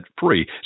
free